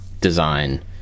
design